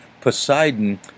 Poseidon